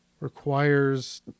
Requires